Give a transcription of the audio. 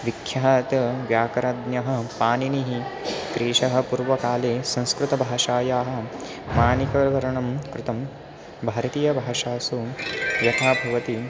विख्यातव्याकरणज्ञः पाणिनिः क्रैशः पूर्वकाले संस्कृतभाषायाः मानिककरणं कृतं भारतीयभाषासु यथा भवति